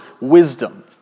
wisdom